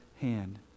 hand